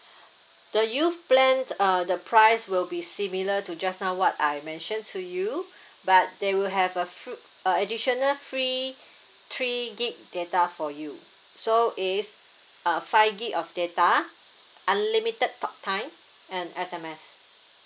the youth plans uh the price will be similar to just now what I mentioned to you but they will have a fr~ uh additional free three gigabytes data for you so is uh five gigabytes of data unlimited talk time and S_M_S